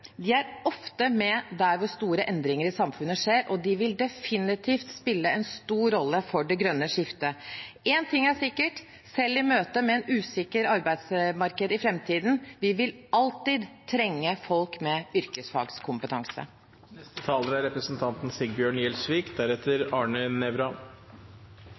er ofte med der hvor store endringer i samfunnet skjer, og de vil definitivt spille en stor rolle for det grønne skiftet. Én ting er sikkert: Selv i møte med et usikkert arbeidsmarked i framtiden vil vi alltid trenge folk med